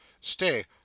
Stay